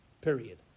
Period